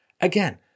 Again